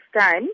time